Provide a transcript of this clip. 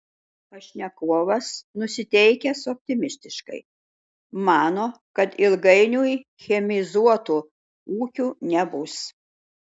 pašnekovas nusiteikęs optimistiškai mano kad ilgainiui chemizuotų ūkių nebus